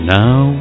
now